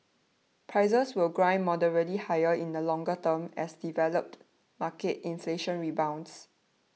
prices will grind moderately higher in the longer term as developed market inflation rebounds